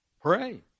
pray